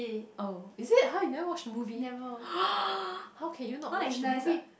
oh is it !huh! you never watch the movie how can you not watch the movie